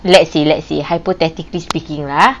let's say let's say hypothetically speaking ah